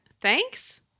Thanks